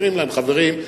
אומרים להם: חברים,